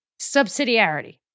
Subsidiarity